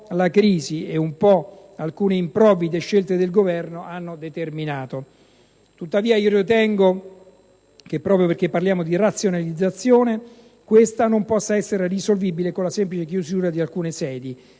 la crisi e un po' alcune improvvide scelte del Governo hanno determinato. Tuttavia, proprio perché parliamo di razionalizzazione, ritengo che questa non possa essere attuabile con la semplice chiusura di alcune sedi,